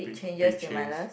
big big change